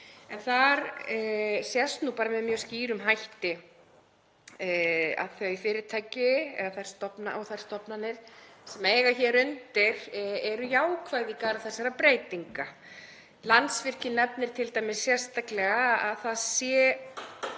Þar sést með mjög skýrum hætti að þau fyrirtæki og þær stofnanir sem eiga hér undir eru jákvæð í garð þessara breytinga. Landsvirkjun nefnir t.d. sérstaklega að það sé